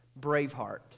Braveheart